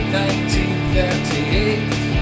1938